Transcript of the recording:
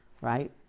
Right